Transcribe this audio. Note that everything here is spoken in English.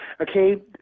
okay